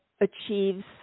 achieves